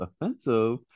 offensive